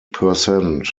percent